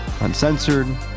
uncensored